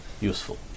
useful